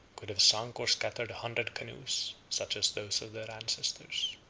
could have sunk or scattered a hundred canoes, such as those of their ancestors.